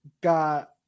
got